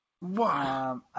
Wow